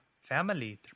family